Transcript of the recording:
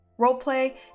Roleplay